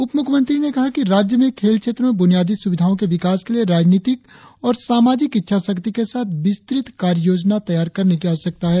उपमुख्यमंत्री ने कहा कि राज्य में खेल क्षेत्र में ब्रेनियादी सुविधाओं के विकास के लिए राजनीतिक और सामाजिक इच्छा शक्ति के साथ विस्तृत कार्य योजना तैयार करने की आवश्यकता है